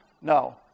no